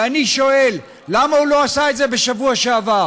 ואני שואל: למה הוא לא עשה את זה בשבוע שעבר?